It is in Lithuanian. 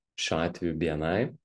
šiuo atveju bni